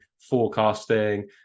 forecasting